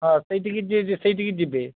ହଁ ସେଇଠିକି ସେଇଠିକି ଯିବେ